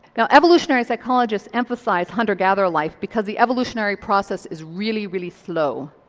now evolutionary psychologists emphasise hunter gatherer life because the evolutionary process is really, really slow.